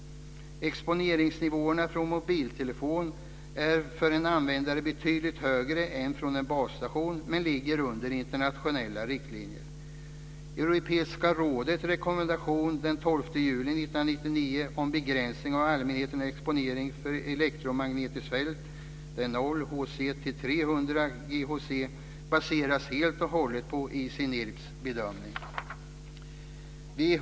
Exponeringsnivåerna från en mobiltelefon är för användaren betydligt högre än de från en basstation men ligger under internationella riktlinjer. Europeiska rådets rekommendation den 12 juli 1999 om begränsning av allmänhetens exponering för elektromagnetiska fält mellan 0 hertz och 300 gigahertz baseras helt och hållet på ICNIRP:s bedömningar.